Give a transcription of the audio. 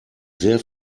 sehr